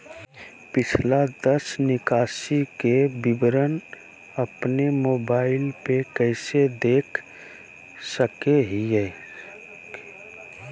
पिछला दस निकासी के विवरण अपन मोबाईल पे कैसे देख सके हियई?